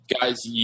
guys